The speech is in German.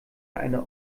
eine